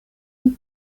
and